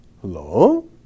Hello